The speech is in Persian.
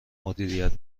مدیریت